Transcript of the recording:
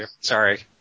Sorry